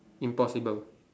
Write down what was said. impossible